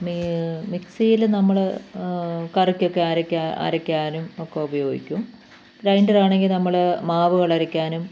me മിക്സിയിൽ നമ്മൾ കറിക്കൊക്കെ അരക്കാൻ അരക്കാനും ഒക്കെ ഉപയോഗിക്കും ഗ്രൈന്ററാണെങ്കിൽ നമ്മൾ മാവുകളരയ്ക്കാനും